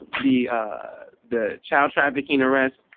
the the child trafficking, arrest.